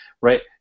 right